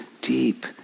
deep